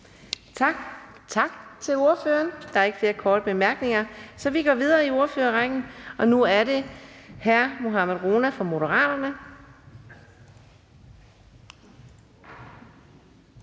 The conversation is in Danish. Tak til ordføreren. Der er ikke flere korte bemærkninger, så vi går videre i ordførerrækken, og nu er det hr. Mohammad Rona fra Moderaterne.